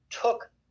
took